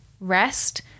Rest